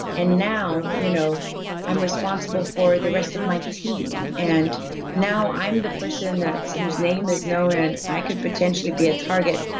and now, you know i'm responsible for the rest of my team. and now i'm the person whose name is known and i could potentially be a target,